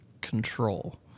control